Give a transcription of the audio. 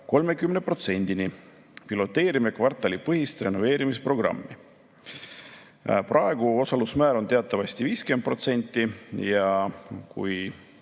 30%-ni. Piloteerime kvartalipõhist renoveerimisprogrammi." Praegu on osalusmäär teatavasti 50% ja kui